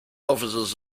offices